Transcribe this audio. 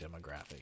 demographic